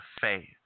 faith